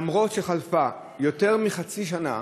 אף שחלפה יותר ממחצית שנה,